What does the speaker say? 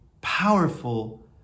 powerful